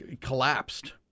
Collapsed